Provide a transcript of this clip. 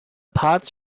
pods